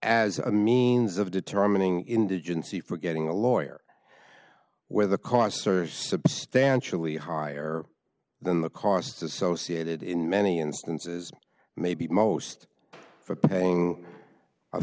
as a means of determining indigency for getting a lawyer where the costs are substantially higher than the costs associated in many instances maybe most for paying a